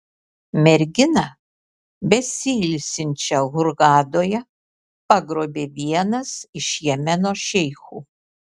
merginą besiilsinčią hurgadoje pagrobė vienas iš jemeno šeichų